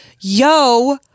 yo